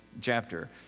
chapter